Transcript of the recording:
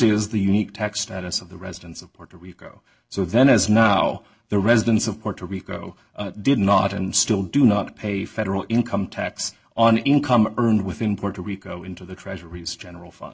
is the unique tax status of the residents of puerto rico so then as now the residents of puerto rico did not and still do not pay federal income tax on income earned within puerto rico into the treasury's general fun